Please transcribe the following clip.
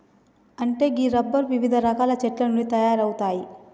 అంటే గీ రబ్బరు వివిధ రకాల చెట్ల నుండి తయారవుతాయి